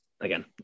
again